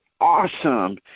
awesome